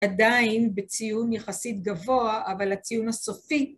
עדיין בציון יחסית גבוה, אבל הציון הסופי